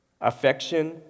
affection